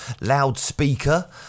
loudspeaker